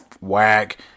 whack